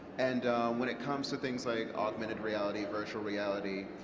and when it comes to things like augmented reality, virtual reality,